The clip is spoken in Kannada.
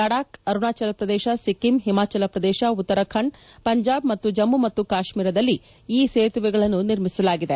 ಲಡಾಬ್ ಅರುಣಾಚಲಪ್ರದೇಶ ಸಿಕ್ಕಂ ಹಿಮಾಚಲಪ್ರದೇಶ ಉತ್ತರಾಖಂಡ ಪಂಜಾಬ್ ಹಾಗೂ ಜಮ್ಮ ಮತ್ತು ಕಾಶ್ವೀರದಲ್ಲಿ ಈ ಸೇತುವೆಗಳನ್ನು ನಿರ್ಮಿಸಲಾಗಿದೆ